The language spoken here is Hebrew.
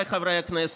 חבריי חברי הכנסת,